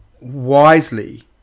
wisely